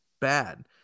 bad